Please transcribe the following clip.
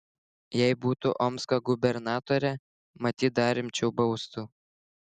jei būtų omsko gubernatore matyt dar rimčiau baustų